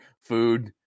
food